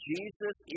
Jesus